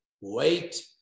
Wait